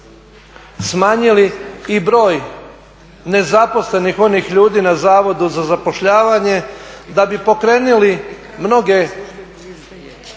smanjili i broj nezaposlenih onih ljudi na Zavodu za zapošljavanje, da bi pokrenuli mnoge